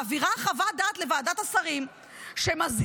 ומעבירה חוות דעת לוועדת השרים שמזהירה,